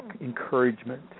encouragement